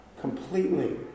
completely